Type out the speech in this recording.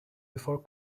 before